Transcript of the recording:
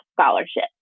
scholarship